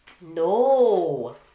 no